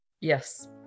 Yes